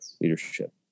leadership